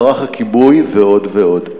מערך הכיבוי ועוד ועוד.